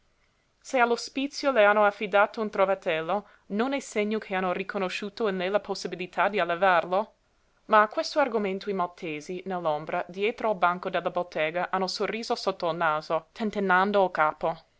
all'ospizio le hanno affidato un trovatello non è segno che hanno riconosciuto in lei la possibilità di allevarlo ma a questo argomento i maltesi nell'ombra dietro il banco della bottega hanno sorriso sotto il naso tentennando il capo